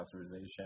authorization